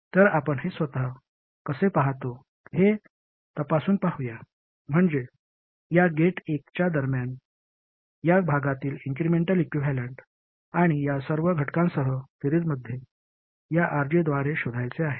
तर आपण हे स्वतः कसे पाहतो हे तपासून पाहूया म्हणजे या गेट 1 च्या दरम्यान या भागातील इन्क्रिमेंटल इक्विव्हॅलेंट आणि या सर्व घटकांसह सिरीजमध्ये या RG द्वारे शोधायचे आहे